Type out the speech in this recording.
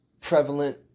prevalent